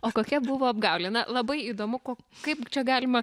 o kokia buvo apgaulė na labai įdomu ko kaip čia galima